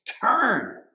turn